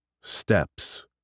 steps